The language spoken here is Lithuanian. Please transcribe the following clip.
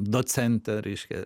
docente reiškia